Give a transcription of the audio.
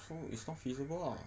so it's not feasible lah